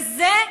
וזה,